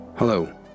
Hello